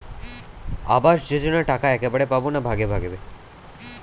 আবাস যোজনা টাকা একবারে পাব না ভাগে ভাগে?